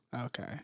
Okay